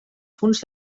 punts